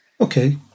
Okay